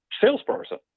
salesperson